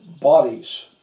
bodies